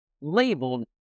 labeled